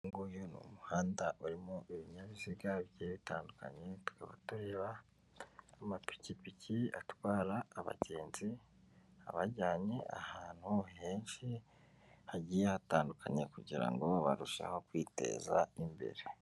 Uyu nguyu ni umuhanda urimo ibinyabiziga bigiye bitandukanye, tukaba tureba amapikipiki atwara abagenzi abajyanye ahantu henshi hagiye hatandukanye, kugirango ngo barusheho kwiteza imbere.